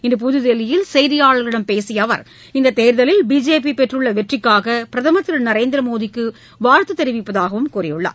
இன்று புதுதில்லியில் செய்தியாளர்களிடம் பேசிய அவர் இந்த தேர்தலில் பிஜேபி பெற்றுள்ள வெற்றிக்காக பிரதமர் திரு நரேந்திர மோடிக்கு வாழ்த்து தெரிவித்துள்ளதாகவும் கூறினார்